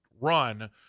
run